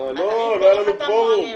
בסיעה ועם כל הנוגעים בדבר.